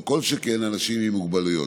לא כל שכן אנשים עם מוגבלויות.